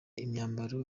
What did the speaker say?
imyambaro